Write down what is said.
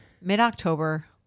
mid-october